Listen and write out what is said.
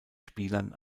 spielern